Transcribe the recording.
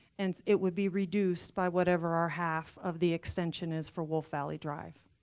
and it would be reduced by whatever our half of the extension is for wolf valley drive.